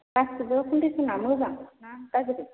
गासिबो कन्डिशना मोजां ना गाज्रि